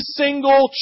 single